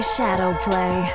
Shadowplay